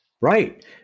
Right